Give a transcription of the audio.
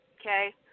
okay